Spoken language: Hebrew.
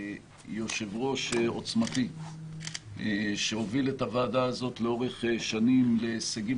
ביושב-ראש עוצמתי שהוביל את הוועדה הזאת לאורך שנים להישגים